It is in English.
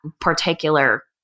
particular